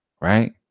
Right